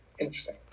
Interesting